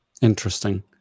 Interesting